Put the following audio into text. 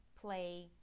Play